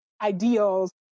ideals